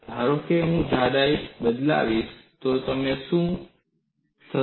ધારો કે હું જાડાઈ બદલીશ તો શું થશે